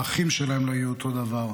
האחים שלהם לא יהיו אותו הדבר,